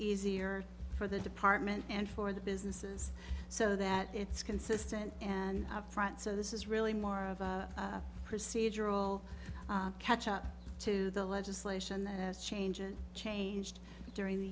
easier for the department and for the businesses so that it's consistent and up front so this is really more of a procedural catch up to the legislation change and changed during the